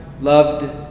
loved